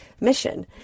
Mission